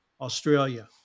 Australia